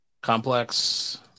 complex